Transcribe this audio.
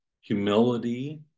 humility